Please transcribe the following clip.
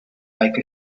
like